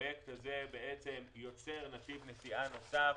הפרויקט הזה יוצר נתיב נסיעה נוסף